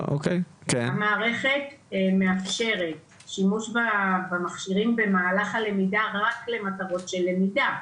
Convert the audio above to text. המערכת מאפשר שימוש במסכים במהלך הלמידה רק למטרות של למידה.